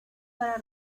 para